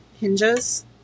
hinges